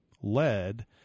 lead